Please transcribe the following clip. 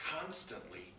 constantly